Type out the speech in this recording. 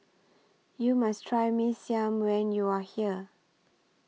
YOU must Try Mee Siam when YOU Are here